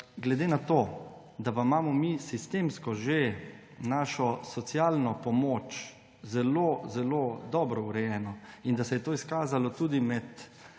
Glede na to, da imamo mi sistemsko našo socialno pomoč že zelo zelo dobro urejeno in da se je to izkazalo tudi med